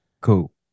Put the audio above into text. Cool